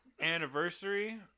anniversary